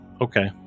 okay